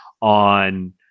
on